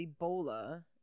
Ebola